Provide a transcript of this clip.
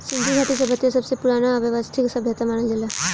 सिन्धु घाटी सभ्यता सबसे पुरान आ वयवस्थित सभ्यता मानल जाला